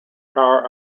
power